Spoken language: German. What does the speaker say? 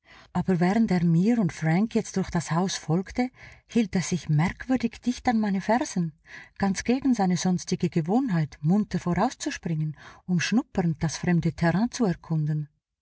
aber während er mir und frank jetzt durch das haus folgte hielt er sich merkwürdig dicht an meine fersen ganz gegen seine sonstige gewohnheit munter vorauszuspringen um schnuppernd das fremde terrain zu erkunden